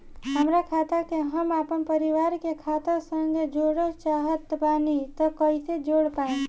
हमार खाता के हम अपना परिवार के खाता संगे जोड़े चाहत बानी त कईसे जोड़ पाएम?